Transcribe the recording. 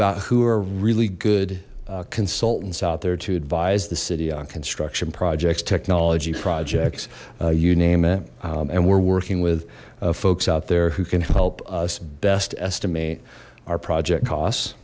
about who are really good consultants out there to advise the city on construction projects technology projects you name it and we're working with folks out there who can help us best estimate our project costs